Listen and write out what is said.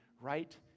right